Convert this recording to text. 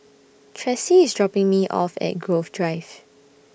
Tressie IS dropping Me off At Grove Drive